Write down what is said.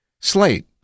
Slate